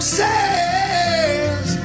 says